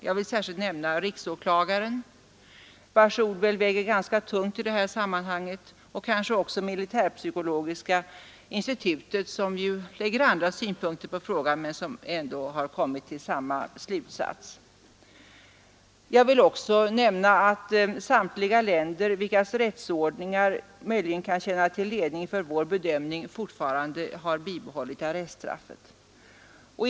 Jag vill då särskilt nämna RÅ, vars ord väl väger ganska tungt i detta sammanhang, och kanske även militärpsykologiska institutet som ju lägger andra synpunkter på frågan men som ändå kommit till samma slutsats. Jag vill också nämna att samtliga länder, vilkas rättsordningar möjligen kan tjäna som ledning för vår bedömning, fortfarande har bibehållit arreststraffet.